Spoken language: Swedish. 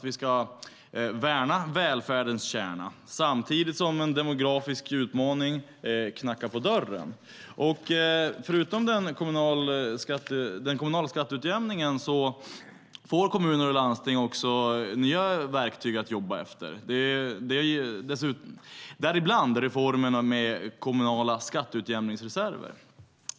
Vi ska värna välfärdens kärna samtidigt som en demografisk utmaning står på dörren. Förutom den kommunala skatteutjämningen får kommuner och landsting nya verktyg att jobba med, däribland reformerna om kommunala skatteutjämningsreserver.